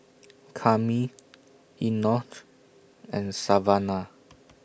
Kami Enoch and Savanna